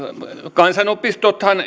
kansanopistojahan